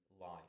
life